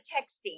texting